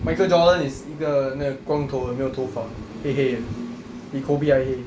michael jordan is 一个那个光头的没有头发黑黑的比 kobe 还黑